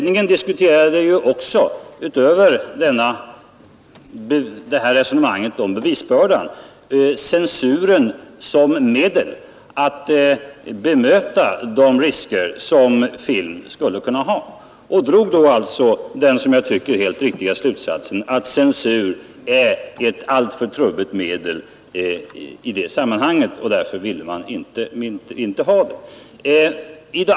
Utöver bevisbördan diskuterade utredningen också censuren som medel att möta de risker som film skulle kunna ha och drog den som jag tycker helt riktiga slutsatsen att censur är ett alltför trubbigt medel i detta sammanhang. Därför ville man inte ha kvar den.